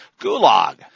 Gulag